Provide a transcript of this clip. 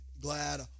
glad